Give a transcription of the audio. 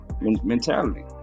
mentality